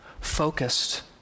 focused